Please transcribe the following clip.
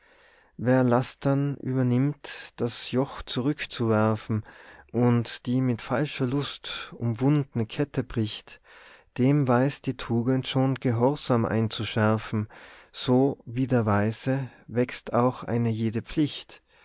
wer laster übernimmt das joch zurück zu werfen und die mit falscher lust umwundne kette bricht dem weiß die tugend schon gehorsam einzuschärfen so wie der weise wächst auch jede pflicht